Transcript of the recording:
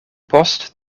post